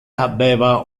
habeva